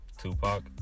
Tupac